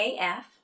AF